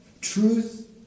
Truth